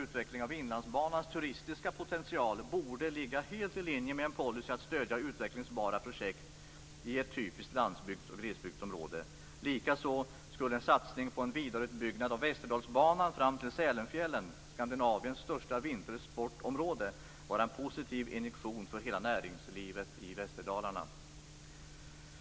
Inlandsbanans turistiska potential borde ligga helt i linje med en policy för att stödja utvecklingsbara projekt i ett typiskt landsbygds och glesbygdsområde. Likaså skulle en satsning på en vidareutbyggnad av Västerdalsbanan fram till Sälenfjällen, Skandinaviens största vintersportområde, vara en positiv injektion för hela näringslivet i Västerdalarna.